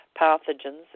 pathogens